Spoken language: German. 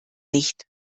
nicht